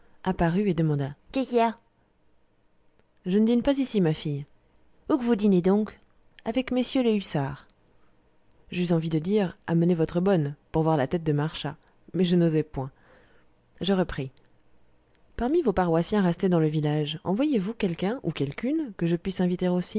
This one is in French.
apparut et demanda qué qui a je ne dîne pas ici ma fille où que vous dînez donc avec mm les hussards j'eus envie de dire amenez votre bonne pour voir la tête de marchas mais je n'osai point je repris parmi vos paroissiens restés dans le village en voyez-vous quelqu'un ou quelqu'une que je puisse inviter